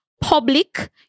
public